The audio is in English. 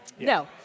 No